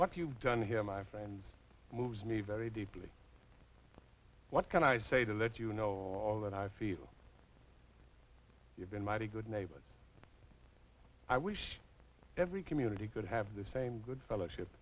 what you've done here my friend moves me very deeply what can i say to let you know all that i feel you've been mighty good neighbor i wish every community good have the same good fellowship